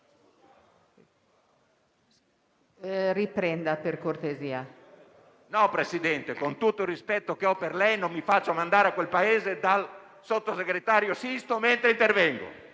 riprenda per cortesia. BALBONI *(FdI)*. No, Presidente, con tutto il rispetto che ho per lei, non mi faccio mandare a quel paese dal sottosegretario Sisto mentre intervengo.